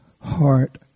heart